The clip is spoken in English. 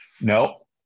no